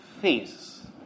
face